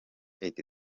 iti